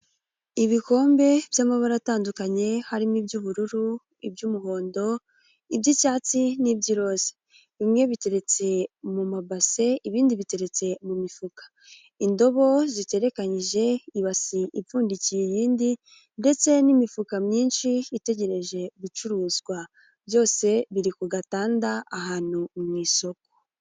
Ibikombe by'amabara atandukanye harimo: iby'ubururu, iby'umuhondo, iby'icyatsi n'iby'irose, bimwe biteretse mu mabase, ibindi biteretse mu mifuka, indobo ziterekanyije, ibase ipfundikiye iyindi ndetse n'imifuka myinshi itegereje gucuruzwa, byose biri ku gatanda ahantu mu isoko.